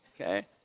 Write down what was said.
okay